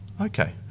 okay